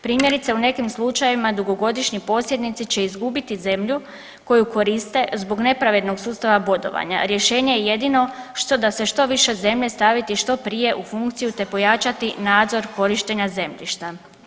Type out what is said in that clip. Primjerice, u nekim slučajevima, dugogodišnji posjednici će izgubiti zemlju koju koriste zbog nepravednog sustava bodovanja, rješenje je jedino da se što više zemlje staviti što prije u funkciju te pojačati nadzor korištenja zemljišta.